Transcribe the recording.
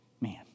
man